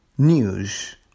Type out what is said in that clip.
news